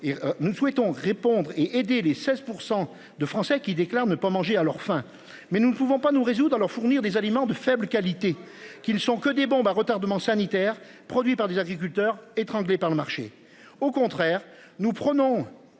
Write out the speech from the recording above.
nous souhaitons répondre et aider les 16% de Français qui déclare ne pas manger à leur faim mais nous ne pouvons pas nous résoudre à leur fournir des aliments de faible qualité qui ne sont que des bombes à retardement sanitaire produit par des agriculteurs étranglés par le marché, au contraire, nous prenons